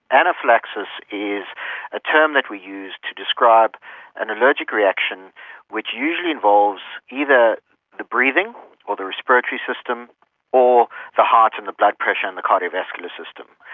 anaphylaxis is a term that we use to describe an allergic reaction which usually involves either the breathing or the respiratory system or the heart and blood pressure and the cardiovascular system.